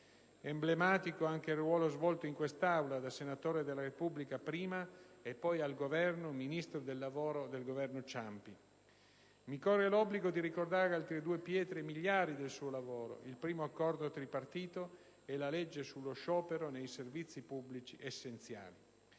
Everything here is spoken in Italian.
Emblematico è anche il ruolo da lui svolto in quest'Aula, da senatore della Repubblica prima, e poi come Ministro del lavoro nel Governo Ciampi. Mi corre l'obbligo di ricordare altre due pietre miliari del suo lavoro: il primo accordo tripartito e la legge sullo sciopero nei servizi pubblici essenziali.